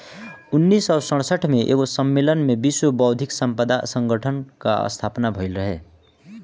उन्नीस सौ सड़सठ में एगो सम्मलेन में विश्व बौद्धिक संपदा संगठन कअ स्थापना भइल रहे